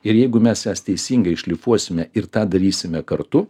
ir jeigu mes jas teisingai šlifuosime ir tą darysime kartu